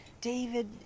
David